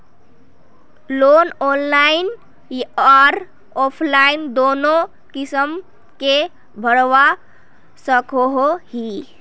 Loan online आर offline दोनों किसम के भरवा सकोहो ही?